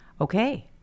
Okay